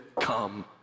come